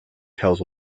tells